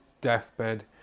deathbed